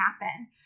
happen